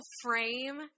frame